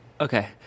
Okay